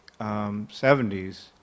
70s